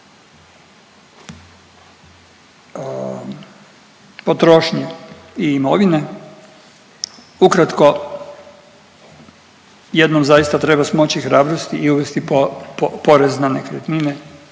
potrošnje i imovine, ukratko jednom zaista treba smoći hrabrosti i uvesti porez na nekretnine